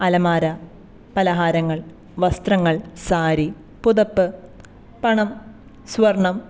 അലമാര പലഹാരങ്ങൾ വസ്ത്രങ്ങൾ സാരി പുതപ്പ് പണം സ്വർണ്ണം